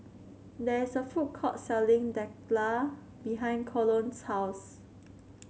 there is a food court selling Dhokla behind Colon's house